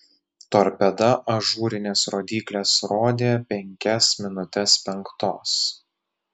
torpeda ažūrinės rodyklės rodė penkias minutes penktos